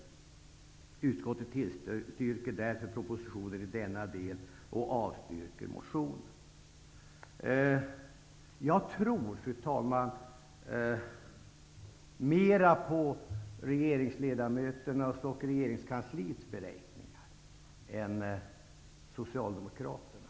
Utskottet tillstyrker därför propositionen i denna del och avstyrker motionen.'' Fru talman! Jag tror mer på regeringsledamöternas och regeringskansliets beräkningar än Socialdemokraternas.